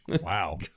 Wow